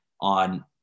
on